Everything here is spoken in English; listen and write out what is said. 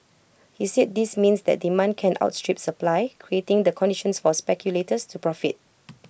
he said this means that demand can outstrip supply creating the conditions for speculators to profit